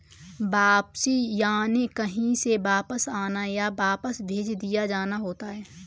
वापसी यानि कहीं से वापस आना, या वापस भेज दिया जाना होता है